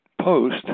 post